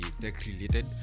tech-related